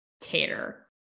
Tater